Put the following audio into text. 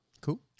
Cool